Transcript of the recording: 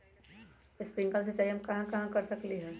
Sprinkle सिंचाई हम कहाँ कहाँ कर सकली ह?